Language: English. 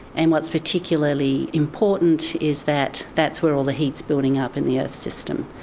and what's particularly important is that that's where all the heat's building up in the earth system,